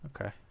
okay